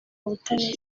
ubutabera